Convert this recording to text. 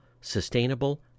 sustainable